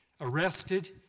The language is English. Arrested